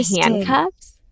handcuffs